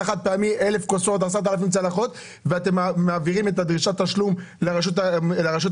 החד-פעמי שנכנס ואתם מעבירים את דרישת התשלום לרש"פ?